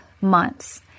months